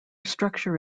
structure